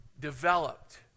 developed